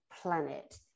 planet